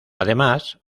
además